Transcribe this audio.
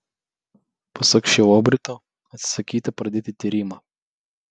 pasak šilobrito atsisakyta pradėti tyrimą